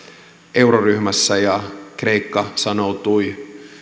euroryhmässä kreikka sanoutui